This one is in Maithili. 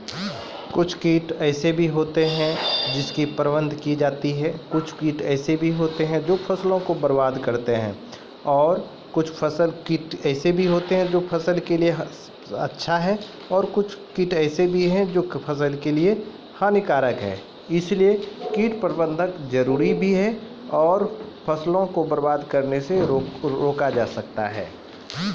कीट प्रबंधन जरुरी छै नै त कीड़ा फसलो के बरबाद करि देतै